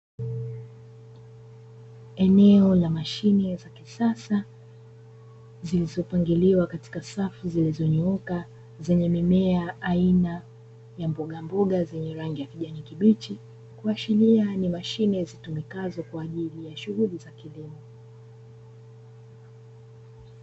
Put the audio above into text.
Eneo la mashine za kisasa zilizopangiliwa katika safu zilizonyooka, zenye mimea aina ya mbogamboga zenye rangi ya kijani kibichi, kuashiria ni mashine zitumikazo kwa ajili ya shughuli za kilimo.